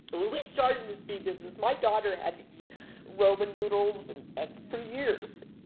when we started in this bee business, my daughter had to eat ramen noodles and and for years.